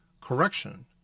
correction